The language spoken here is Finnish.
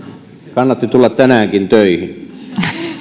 kannatti tulla tänäänkin töihin